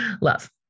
Love